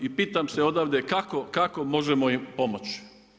I pitam se odavde kako možemo im pomoći.